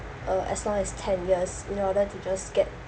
uh as long as ten years in order to just get